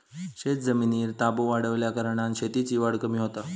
शेतजमिनीर ताबो वाढल्याकारणान शेतीची वाढ कमी होता